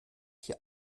hier